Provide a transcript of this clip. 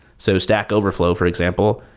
so stack overflow, for example,